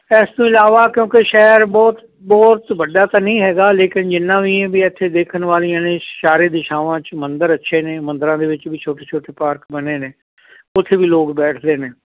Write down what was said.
ਇਸ ਤੋਂ ਇਲਾਵਾ ਕਿਉਂਕਿ ਸ਼ਹਿਰ ਬਹੁਤ ਬਹੁਤ ਵੱਡਾ ਤਾਂ ਨਹੀਂ ਹੈਗਾ ਲੇਕਿਨ ਜਿੰਨਾ ਵੀ ਏ ਵੀ ਇੱਥੇ ਦੇਖਣ ਵਾਲੀਆਂ ਨੇ ਚਾਰੇ ਦਿਸ਼ਾਵਾਂ 'ਚ ਮੰਦਰ ਅੱਛੇ ਨੇ ਮੰਦਿਰਾਂ ਦੇ ਵਿੱਚ ਵੀ ਛੋਟੇ ਛੋਟੇ ਪਾਰਕ ਬਣੇ ਨੇ ਉੱਥੇ ਵੀ ਲੋਕ ਬੈਠਦੇ ਨੇ